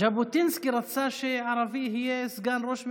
ז'בוטינסקי רצה שערבי יהיה סגן ראש ממשלה.